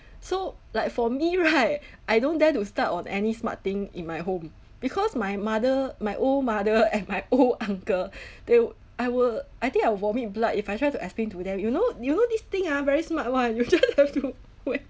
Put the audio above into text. so like for me right I don't dare to start on any smart thing in my home because my mother my old mother and my old uncle they will I will I think I will vomit blood if I try to explain to them you know you know this thing ah very smart [one] you just have to wait